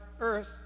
earth